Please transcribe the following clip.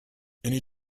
any